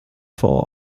for